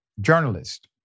journalist